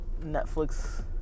Netflix